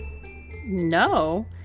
No